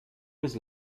was